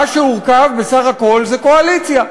מה שהורכב, בסך הכול, זה קואליציה.